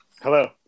Hello